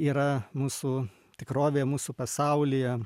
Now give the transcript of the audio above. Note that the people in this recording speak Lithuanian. yra mūsų tikrovė mūsų pasaulyje